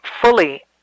fully